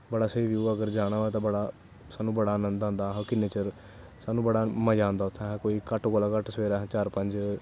बड़ा स्हेई ब्यू ऐ अगर जाना होऐ तां साह्नू बड़ा अनंद आंदा अस किन्ना चिर साह्नू बड़ा मज़ा आंदा उत्थें कोई घट्ट कोला दा घट्ट अस चार पंज बज़े